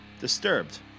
Disturbed